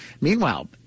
Meanwhile